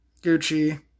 Gucci